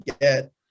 get